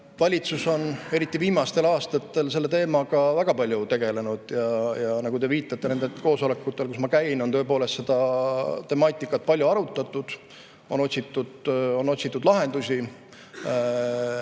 Valitsus on eriti viimastel aastatel selle teemaga väga palju tegelenud. Nagu te viitate, nendel koosolekutel, kus ma käin, on tõepoolest seda temaatikat palju arutatud. On otsitud lahendusi selleks,